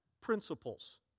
principles